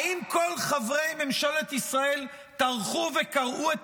האם כל חברי ממשלת ישראל טרחו וקראו את